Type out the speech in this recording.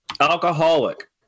Alcoholic